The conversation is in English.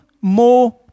more